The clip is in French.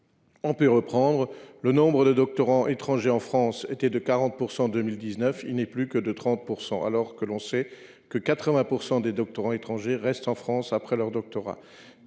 ont pu reprendre. Le nombre de doctorants étrangers en France était de 40 % en 2019 ; il n’est plus que de 30 %, alors que l’on sait que 80 % des doctorants étrangers restent en France après leur doctorat.